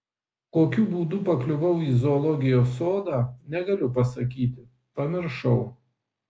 kokiu būdu pakliuvau į zoologijos sodą negaliu pasakyti pamiršau